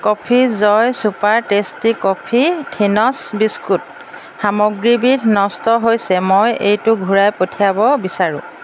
coffee joy super tasty coffee thins biscuit সামগ্ৰীবিধ নষ্ট হৈছে মই এইটো ঘূৰাই পঠিয়াব বিচাৰোঁ